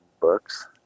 books